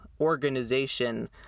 organization